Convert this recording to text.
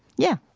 yeah,